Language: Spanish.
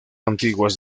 antiguas